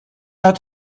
out